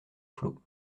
flots